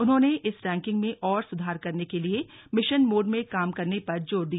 उन्होंने इस रैंकिंग में और सुधार करने के लिए मिशन मोड में काम करने पर जोर दिया